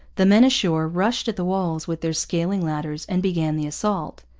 the men ashore rushed at the walls with their scaling-ladders and began the assault.